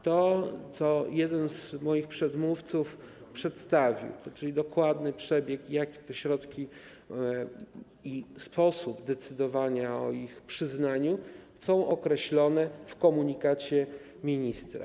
To, co jeden z moich przedmówców przedstawił, czyli dokładny przebieg - jakie są to środki i jaki jest sposób decydowania o ich przyznaniu - jest określony w komunikacie ministra.